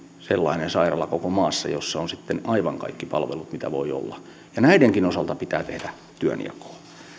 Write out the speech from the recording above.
sellainen sairaala jossa on sitten aivan kaikki palvelut mitä voi olla ja näidenkin osalta pitää tehdä työnjakoa